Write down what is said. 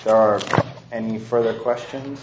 there are any further questions